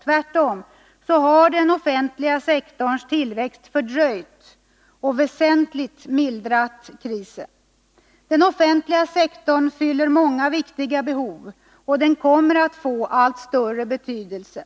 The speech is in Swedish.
Tvärtom har den offentliga sektorns tillväxt fördröjt och väsentligt mildrat krisen. Den offentliga sektorn tillgodoser många viktiga behov, och den kommer att få allt större betydelse.